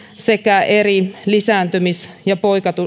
sekä eri lisääntymis ja